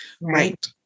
right